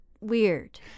weird